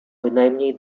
bynajmniej